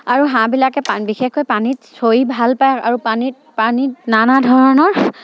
আৰু হাঁহবিলাকে পানীত বিশেষকৈ পানীত চৰি ভালপায় আৰু পানীত পানীত নানা ধৰণৰ